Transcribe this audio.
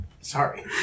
sorry